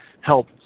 help